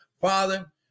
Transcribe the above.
Father